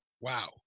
Wow